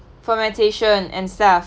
fermentation and stuff